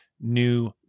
new